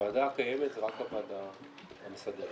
הוועדה הקיימת היא רק הוועדה המסדרת.